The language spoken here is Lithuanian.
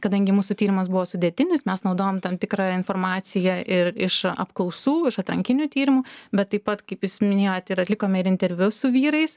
kadangi mūsų tyrimas buvo sudėtinis mes naudojom tam tikrą informaciją ir iš apklausų iš atrankinių tyrimų bet taip pat kaip jūs minėjot ir atlikome ir interviu su vyrais